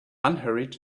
unhurried